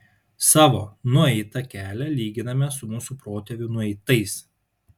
savo nueitą kelią lyginame su mūsų protėvių nueitais